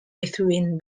between